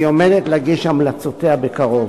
והיא עומדת להגיש המלצותיה בקרוב.